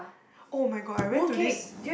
[oh]-my-god I went to this